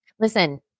Listen